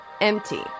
empty